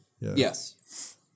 Yes